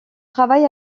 travail